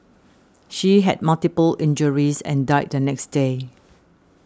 she had multiple injuries and died the next day